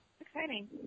Exciting